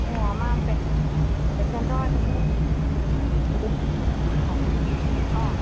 অ আমাৰ পেচেণ্ট পেচেণ্টৰ একেবাৰে এতিয়া অ অ